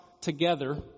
together